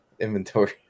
inventory